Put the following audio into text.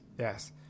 Yes